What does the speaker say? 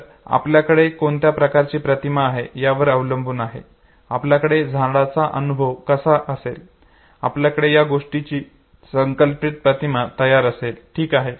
तर आपल्याकडे कोणत्या प्रकारची प्रतिमा आहे यावर अवलंबून आहे आपल्याकडे झाडाचा अनुभव कसा असेल आपल्याकडे त्या गोष्टीची संकल्पित प्रतिमा तयार असेल ठीक आहे